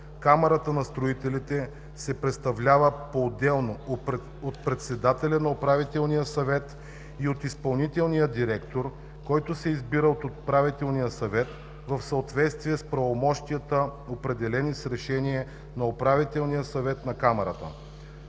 „Камарата на строителите се представлява поотделно от председателя на управителния съвет и от изпълнителния директор, който се избира от управителния съвет, в съответствие с правомощията, определени с решение на Управителния съвет на камарата.“